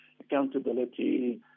accountability